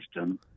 system